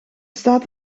staat